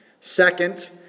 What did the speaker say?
Second